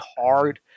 hard